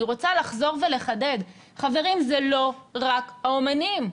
אני רוצה לחזור ולחדד, חברים, זה לא רק האמנים.